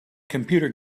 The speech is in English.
computer